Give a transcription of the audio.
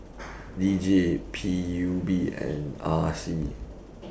D J P U B and R C